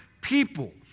people